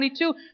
22